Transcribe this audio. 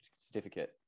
certificate